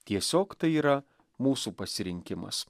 tiesiog tai yra mūsų pasirinkimas